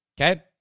Okay